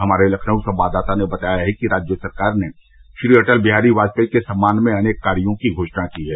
हमारे लखनऊ संवाददाता ने बताया है कि राज्य सरकार ने श्री अटल बिहारी वाजपेयी के सम्मान में अनेक कायों की घोषणा की है